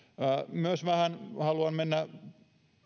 myös vähän mennä